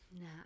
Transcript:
Nah